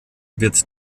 wird